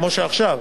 כמו שעכשיו,